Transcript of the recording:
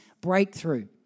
breakthrough